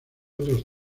otros